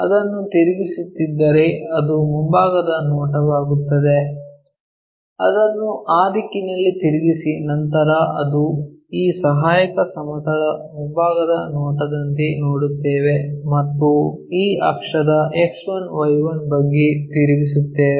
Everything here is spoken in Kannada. ಅದನ್ನು ತಿರುಗಿಸುತ್ತಿದ್ದರೆ ಅದು ಮುಂಭಾಗದ ನೋಟವಾಗುತ್ತದೆ ಅದನ್ನು ಆ ದಿಕ್ಕಿನಲ್ಲಿ ತಿರುಗಿಸಿ ನಂತರ ಅದು ಈ ಸಹಾಯಕ ಸಮತಲದ ಮುಂಭಾಗದ ನೋಟದಂತೆ ನೋಡುತ್ತೇವೆ ಮತ್ತು ಈ ಅಕ್ಷದ X1Y1 ಬಗ್ಗೆ ತಿರುಗಿಸುತ್ತೇವೆ